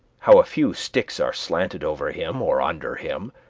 how a few sticks are slanted over him or under him,